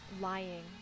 lying